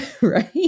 Right